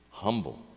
humble